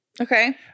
Okay